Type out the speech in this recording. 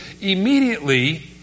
immediately